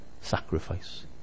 sacrifice